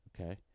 Okay